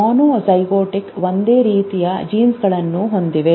monozygotic ಒಂದೇ ರೀತಿಯ ಜೀನ್ಗಳನ್ನು ಹೊಂದಿರುತ್ತದೆ